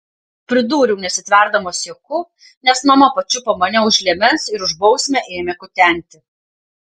pridūriau nesitverdamas juoku nes mama pačiupo mane už liemens ir už bausmę ėmė kutenti